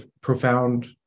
profound